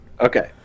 Okay